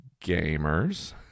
gamers